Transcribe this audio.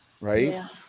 right